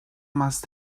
must